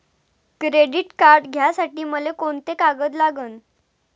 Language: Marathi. क्रेडिट कार्ड घ्यासाठी मले कोंते कागद लागन?